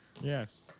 yes